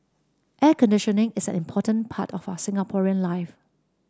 air conditioning is an important part of our Singaporean life